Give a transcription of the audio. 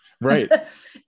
Right